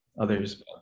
others